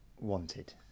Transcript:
wanted